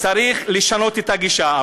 צריך לשנות את הגישה.